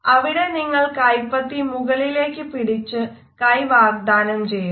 അവിടെ നിങ്ങൾ കൈപ്പത്തി മുകളിലേക്ക് പിടിച്ച് കൈ വാഗ്ദാനം ചെയ്യുന്നു